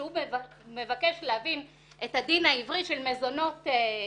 כשהוא מבקש להבין את הדין העברי של מזונות ילדים,